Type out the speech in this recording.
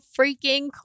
freaking